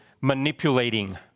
manipulating